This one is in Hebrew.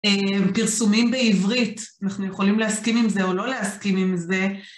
פרסומים בעברית, אנחנו יכולים להסכים עם זה או לא להסכים עם זה.